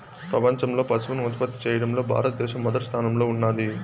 ప్రపంచంలో పసుపును ఉత్పత్తి చేయడంలో భారత దేశం మొదటి స్థానంలో ఉన్నాది